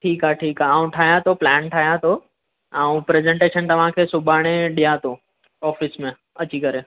ठीकु आहे ठीकु आहे आउं ठाहियां थो प्लैन ठाहियां थो ऐं प्रैज़ेंटेशन तव्हांखे सुभाणे ॾियां थो ऑफिस में अची करे